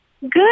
Good